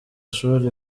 ishuri